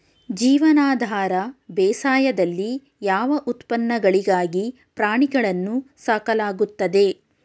ಜೀವನಾಧಾರ ಬೇಸಾಯದಲ್ಲಿ ಯಾವ ಉತ್ಪನ್ನಗಳಿಗಾಗಿ ಪ್ರಾಣಿಗಳನ್ನು ಸಾಕಲಾಗುತ್ತದೆ?